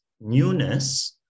newness